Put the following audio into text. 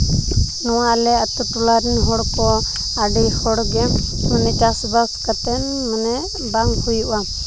ᱱᱚᱣᱟ ᱟᱞᱮ ᱟᱛᱳ ᱴᱚᱞᱟ ᱨᱮᱱ ᱦᱚᱲ ᱠᱚ ᱟᱹᱰᱤ ᱦᱚᱲᱜᱮ ᱢᱟᱱᱮ ᱪᱟᱥᱵᱟᱥ ᱠᱟᱛᱮ ᱢᱟᱱᱮ ᱵᱟᱝ ᱦᱩᱭᱩᱜᱼᱟ